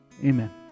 Amen